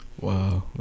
wow